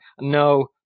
no